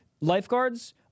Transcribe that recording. lifeguards